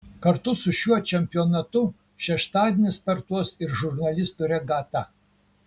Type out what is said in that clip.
kartu su šiuo čempionatu šeštadienį startuos ir žurnalistų regata